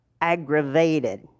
aggravated